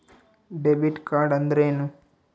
Debit card ಅಂದ್ರೇನು?